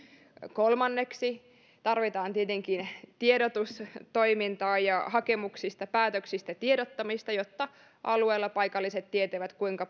kolmanneksi tarvitaan tietenkin tiedotustoimintaa ja hakemuksista päätöksistä tiedottamista jotta alueella paikalliset tietävät kuinka